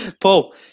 Paul